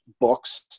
books